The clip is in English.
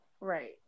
Right